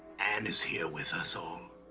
ann is here with us all